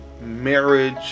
marriage